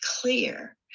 clear